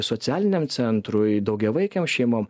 socialiniam centrui daugiavaikėm šeimom